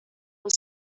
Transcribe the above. was